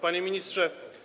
Panie Ministrze!